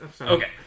Okay